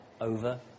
over